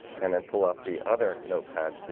and then pull up the other notepad so